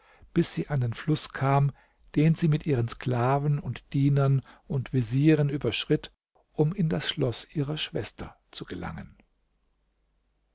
bis sie an den fluß kam den sie mit ihren sklaven und dienern und vezieren überschritt um in das schloß ihrer schwester zu gelangen